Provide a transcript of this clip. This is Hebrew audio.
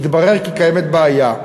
התברר כי קיימת בעיה.